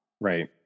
Right